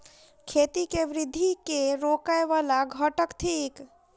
खेती केँ वृद्धि केँ रोकय वला घटक थिक?